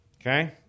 Okay